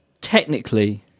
technically